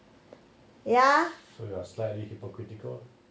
ya